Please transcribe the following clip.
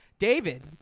David